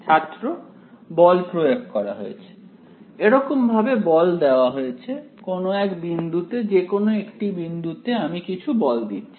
ছাত্র বল প্রয়োগ করা হয়েছে এরকম ভাবে বল দেওয়া হয়েছে কোন এক বিন্দুতে যেকোনো একটি বিন্দুতে আমি কিছু বল দিচ্ছি